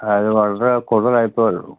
അത് വളരെ കൂടുതൽ ആയിപോയല്ലൊ